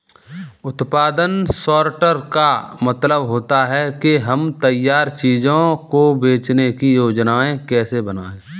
उत्पादन सॉर्टर का मतलब होता है कि हम तैयार चीजों को बेचने की योजनाएं कैसे बनाएं